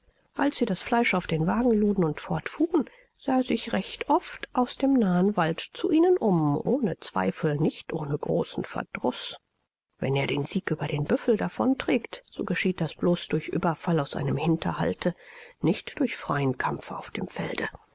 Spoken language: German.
als sie das fleisch auf den wagen luden und fortfuhren sah er sich recht oft aus dem nahen wald nach ihnen um ohne zweifel nicht ohne großen verdruß wenn er den sieg über den büffel davon trägt so geschieht das bloß durch ueberfall aus einem hinterhalte nicht durch freien kampf auf dem felde